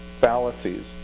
fallacies